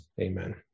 Amen